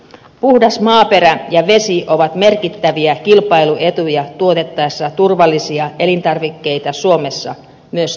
puhdas maaperä ja vesi ovat merkittäviä kilpailuetuja tuotettaessa turvallisia elintarvikkeita suomessa myös tulevaisuudessa